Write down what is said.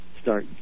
start